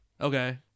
Okay